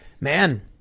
Man